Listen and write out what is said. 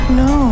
no